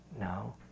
No